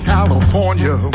California